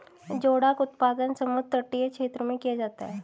जोडाक उत्पादन समुद्र तटीय क्षेत्र में किया जाता है